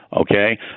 okay